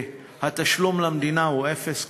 התשלום למדינה הוא אפס,